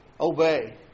obey